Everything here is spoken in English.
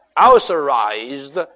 authorized